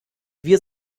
wir